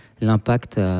l'impact